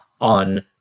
on